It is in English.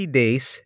days